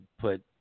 put